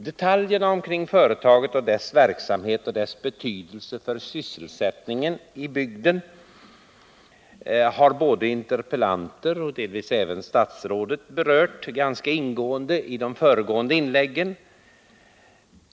Detaljerna om företaget, dess verksamhet och betydelse för sysselsättningen i bygden har både frågeställarna och statsrådet berört ganska ingående i de föregående inläggen.